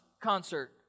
concert